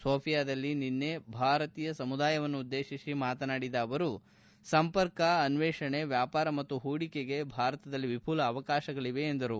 ಸೋಫಿಯಾದಲ್ಲಿ ನಿನ್ನೆ ಭಾರತೀಯ ಸಮುದಾಯವನ್ನುದ್ದೇತಿ ಮಾತನಾಡಿದ ಅವರು ಸಂಪರ್ಕ ಅನ್ನೇಷಣೆ ವ್ಲಾಪಾರ ಮತ್ತು ಹೂಡಿಕೆಗೆ ಭಾರತದ ವಿಪುಲ ಅವಕಾಶಗಳವೆ ಎಂದರು